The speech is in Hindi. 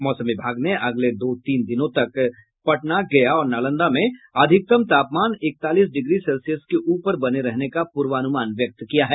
मौसम विभाग ने अगले दो तीन दिनों तक पटना गया और नालंदा में अधिकतम तापमान इकतालीस डिग्री सेल्सियस के ऊपर बने रहने का पूर्वानुमान व्यक्त किया है